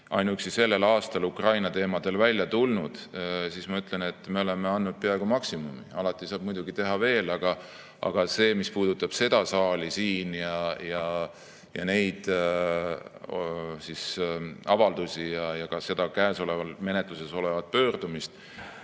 ainuüksi sellel aastal Ukraina teemadel välja tulnud. Ma ütlen, et me oleme andnud peaaegu maksimumi. Alati saab muidugi teha veel. Aga mis puudutab seda saali siin ja neid avaldusi ja käesolevat, menetluses olevat pöördumist,